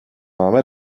máme